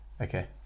Okay